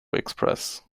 express